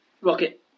Rocket